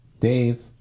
Dave